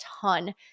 ton